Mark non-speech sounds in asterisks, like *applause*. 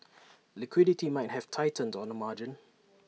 *noise* liquidity might have tightened on the margin